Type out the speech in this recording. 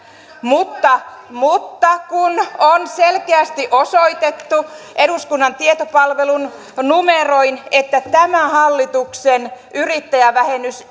mutta mutta kun on selkeästi osoitettu eduskunnan tietopalvelun numeroin että tämä hallituksen yrittäjävähennys